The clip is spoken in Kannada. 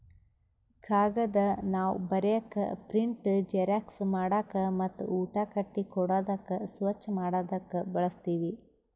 ಕಾಗದ್ ನಾವ್ ಬರೀಕ್, ಪ್ರಿಂಟ್, ಜೆರಾಕ್ಸ್ ಮಾಡಕ್ ಮತ್ತ್ ಊಟ ಕಟ್ಟಿ ಕೊಡಾದಕ್ ಸ್ವಚ್ಚ್ ಮಾಡದಕ್ ಬಳಸ್ತೀವಿ